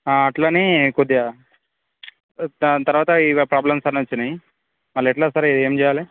అలానే కొద్దిగా దాని తర్వాత ఈ ప్రాబ్లెమ్స్ అన్నీ వచ్చాయి మళ్ళీ ఎలా సార్ ఏం చెయ్యాలి